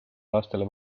lastele